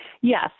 Yes